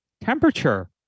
temperature